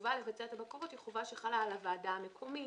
שהחובה לבצע את הבקרות היא חובה שחלה על הוועדה המקומית.